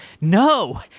no